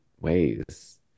ways